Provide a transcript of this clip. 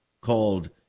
called